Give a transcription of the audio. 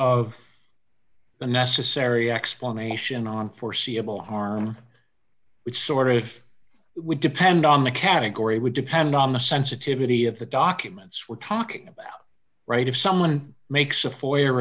unnecessary explanation on foreseeable harm which sort of would depend on the category would depend on the sensitivity of the documents we're talking about right if someone makes a fo